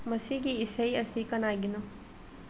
ꯃꯁꯤꯒꯤ ꯏꯁꯩ ꯑꯁꯤ ꯀꯅꯥꯒꯤꯅꯣ